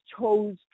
chose